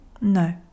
No